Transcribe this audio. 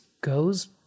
goes